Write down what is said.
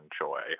enjoy